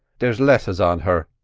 there's letters on her,